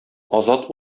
азат